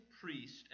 priest